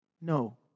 No